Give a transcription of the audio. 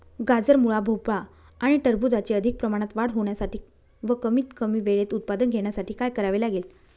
गाजर, मुळा, भोपळा आणि टरबूजाची अधिक प्रमाणात वाढ होण्यासाठी व कमीत कमी वेळेत उत्पादन घेण्यासाठी काय करावे लागेल?